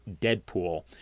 deadpool